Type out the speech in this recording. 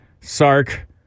Sark